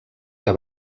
que